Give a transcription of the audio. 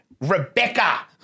Rebecca